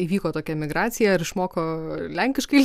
įvyko tokia migracija ar išmoko lenkiškai